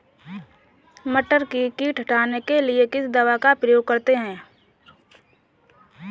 मटर में कीट हटाने के लिए किस दवा का प्रयोग करते हैं?